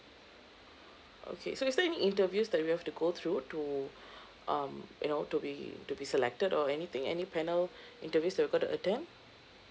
okay so is there any interviews that we have to go through to um you know to be to be selected or anything any panel interviews that we got to attend